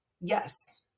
yes